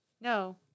No